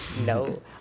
No